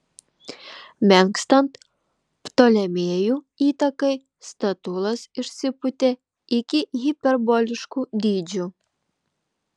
menkstant ptolemėjų įtakai statulos išsipūtė iki hiperboliškų dydžių